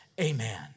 Amen